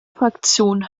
fraktion